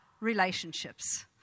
relationships